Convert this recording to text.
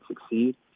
succeed